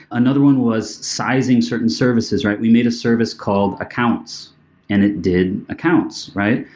another one was sizing certain services, right? we made a service called accounts and it did accounts, right?